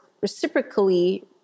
reciprocally